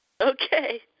Okay